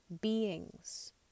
beings